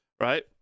right